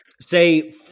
say